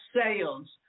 sales